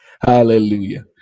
Hallelujah